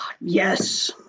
Yes